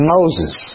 Moses